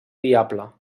viable